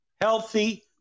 healthy